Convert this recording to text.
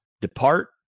depart